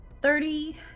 thirty